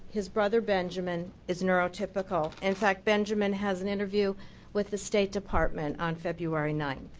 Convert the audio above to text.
his brother benjamin is neurotypical. in fact benjamin has an interview with the state department on february ninth.